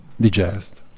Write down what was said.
digest